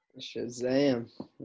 Shazam